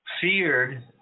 feared